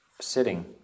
sitting